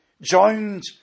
joined